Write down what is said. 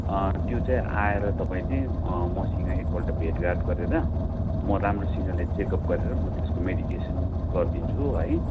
त्यो चाहिँ आएर तपाईँले मसँग एकपल्ट भेटघाट गरेर म राम्रोसँगले चेकअप गरेर म त्यसको मेडिकेसन गरिदिन्छु है